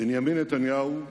בנימין נתניהו,